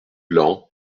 laon